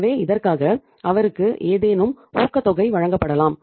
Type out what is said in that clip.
எனவே இதற்காக அவருக்கு ஏதேனும் ஊக்கத்தொகை வழங்கப்படலாம்